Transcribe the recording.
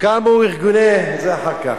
זה אחר כך.